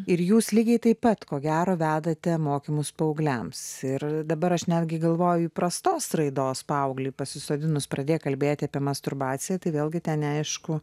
ir jūs lygiai taip pat ko gero vedate mokymus paaugliams ir dabar aš netgi galvoju įprastos raidos paauglį pasisodinus pradėk kalbėti apie masturbaciją tai vėlgi neaišku